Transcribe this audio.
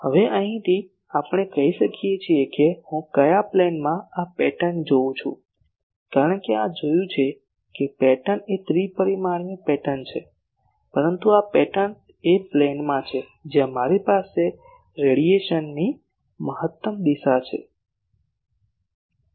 હવે અહીંથી આપણે કહી શકીએ કે હું કયા પ્લેનમાં આ પેટર્ન જોઉં છું કારણ કે આપણે જોયું છે કે પેટર્ન એ ત્રિપરિમાણીય પેટર્ન છે પરંતુ આ પેટર્ન એ પ્લેનમાં છે જ્યાં મારી પાસે રેડિયેશનની મહત્તમ દિશા છે